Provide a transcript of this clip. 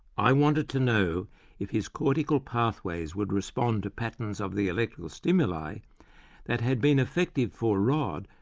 i wanted to know if his cortical pathways would respond to patterns of the electrical stimuli that had been effective for rod,